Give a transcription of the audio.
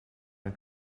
een